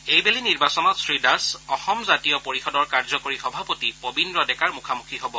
এইবেলি নিৰ্বাচনত শ্ৰীদাস অসম জাতীয় পৰিষদৰ কাৰ্যকৰী সভাপতি পবিদ্ৰ ডেকাৰ মুখামুখী হ'ব